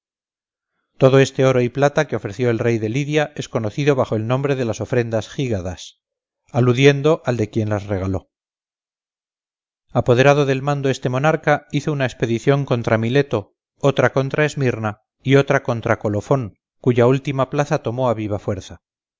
todo este oro y plata que ofreció el rey de lidia es conocido bajo el nombre de las ofrendas gygadas aludiendo al de quien las regaló apoderado del mando este monarca hizo una expedición contra mileto otra contra esmirna y otra contra colofon cuya última plaza tomó a viva fuerza